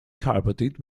carpeted